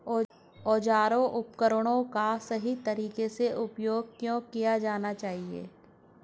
औजारों और उपकरणों का सही तरीके से उपयोग क्यों किया जाना चाहिए?